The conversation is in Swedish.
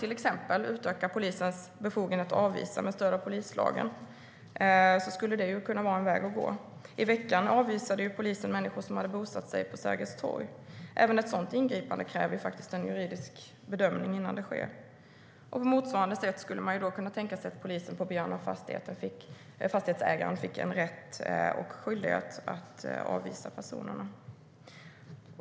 till exempel kunna utöka polisens befogenhet att avvisa med stöd av polislagen. Det skulle kunna vara en väg att gå. I veckan avvisade polisen människor som hade bosatt sig på Sergels torg. Även ett sådant ingripande kräver en juridisk bedömning innan det sker. På motsvarande sätt skulle man kunna tänka sig att polisen, på begäran av fastighetsägaren, får rätt och skyldighet att avvisa personerna.